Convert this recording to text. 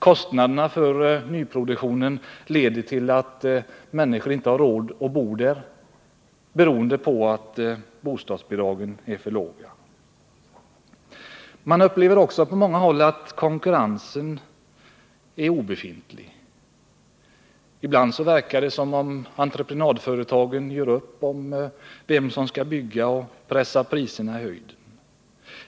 Kostnaderna för nyproduktionen leder till att människor inte har råd att bo där, eftersom bostadsbidragen är för låga. Man upplever också på många håll att konkurrensen är obefintlig. Ibland verkar det som om entreprenadföretagen gör upp om vem som skall bygga och pressar priserna i höjden.